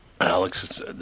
Alex